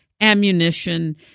ammunition